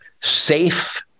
safe